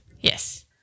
Yes